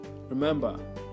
remember